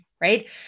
right